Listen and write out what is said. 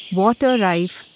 water-rife